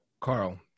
Carl